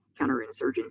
counterinsurgency